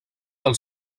del